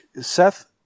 Seth